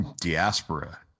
diaspora